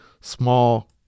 small